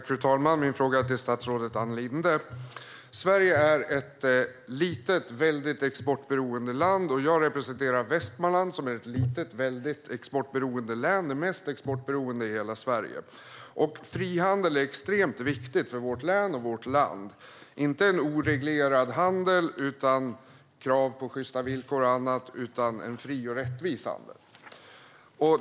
Fru talman! Min fråga går till statsrådet Ann Linde. Sverige är ett litet, väldigt exportberoende land. Jag representerar Västmanland, som är ett litet, väldigt exportberoende län - det mest exportberoende i hela Sverige. Frihandel är extremt viktigt för vårt län och vårt land. Det handlar inte om en oreglerad handel fri från krav på sjysta villkor och annat, utan det handlar om en fri och rättvis handel.